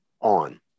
on